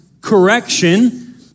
correction